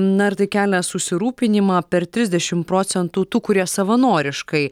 na ir tai kelia susirūpinimą per trisdešim procentų tų kurie savanoriškai